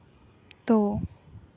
ᱛᱚ